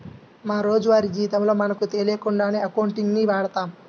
మా రోజువారీ జీవితంలో మనకు తెలియకుండానే అకౌంటింగ్ ని వాడతాం